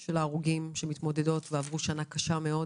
של ההרוגים, שעברו שנה קשה מאוד,